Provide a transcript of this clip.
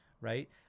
right